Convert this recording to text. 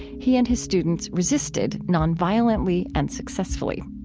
he and his students resisted nonviolently and successfully.